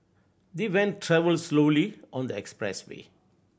the van travelled slowly on the expressway